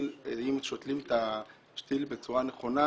אם שותלים את השתיל בצורה נכונה,